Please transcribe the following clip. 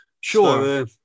Sure